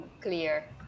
clear